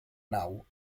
nau